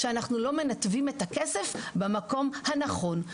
שאנחנו לא מנתבים את הכסף למקום הנכון.